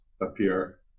appear